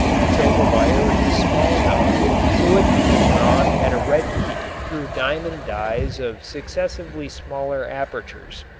until the wire is small enough so it can be drawn at a red heat through diamond dies of successively smaller apertures.